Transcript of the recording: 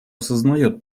осознает